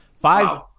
Five